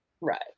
Right